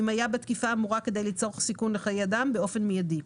ואם היה בתקיפה האמורה כדי ליצור סיכון לחיי אדם באופן מיידי.